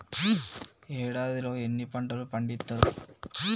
ఏడాదిలో ఎన్ని పంటలు పండిత్తరు?